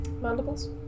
mandibles